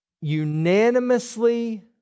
Unanimously